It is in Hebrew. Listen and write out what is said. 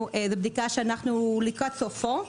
זאת בדיקה שאנחנו לקראת סופה,